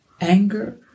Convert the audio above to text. anger